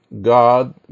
God